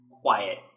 quiet